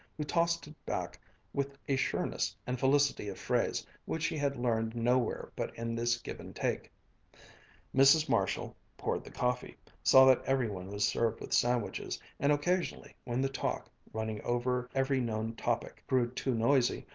who tossed it back with a sureness and felicity of phrase which he had learned nowhere but in this give-and-take. mrs. marshall poured the coffee, saw that every one was served with sandwiches, and occasionally when the talk, running over every known topic, grew too noisy,